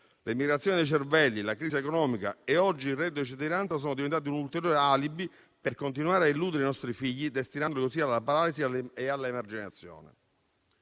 L'emigrazione dei cervelli, la crisi economica e oggi il reddito di cittadinanza sono diventati un ulteriore alibi per continuare a illudere i nostri figli, destinandoli così alla paralisi e all'emarginazione.